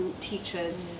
teachers